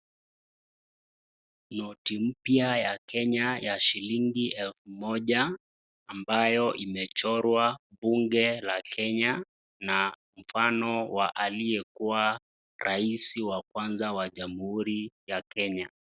Noti mpya ya Kenya ya shilingi elfu moja ambayo imechorwa bunge la Kenya na mfano wa aliyekuwa rais wa kwanza wa jamhuri ya Kenya.